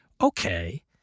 okay